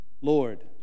lord